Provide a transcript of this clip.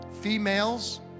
females